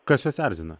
kas juos erzina